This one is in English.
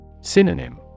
Synonym